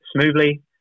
smoothly